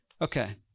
Okay